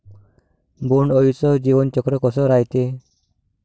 बोंड अळीचं जीवनचक्र कस रायते?